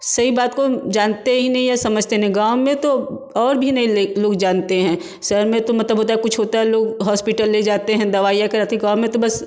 सही बात को जानते ही नहीं है समझते नहीं गाँव में तो और भी नहीं लोग जानते हैं शहर में तो मतलब होता कुछ होता है लोग हॉस्पिटल ले जाते हैं दवाइयाँ कराते हैं गाँव में तो बस